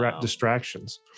distractions